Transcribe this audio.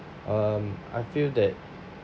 um I feel that